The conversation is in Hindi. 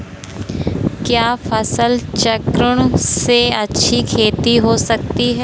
क्या फसल चक्रण से अच्छी खेती हो सकती है?